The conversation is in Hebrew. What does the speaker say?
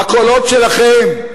בקולות שלכם.